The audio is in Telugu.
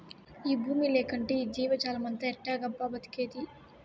ఈ బూమి లేకంటే ఈ జీవజాలమంతా ఎట్టాగబ్బా బతికేది